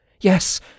Yes